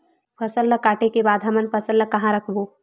फसल ला काटे के बाद हमन फसल ल कहां रखबो?